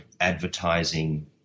advertising